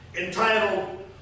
entitled